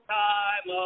time